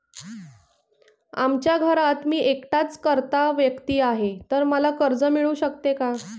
आमच्या घरात मी एकटाच कर्ता व्यक्ती आहे, तर मला कर्ज मिळू शकते का?